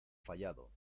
fallado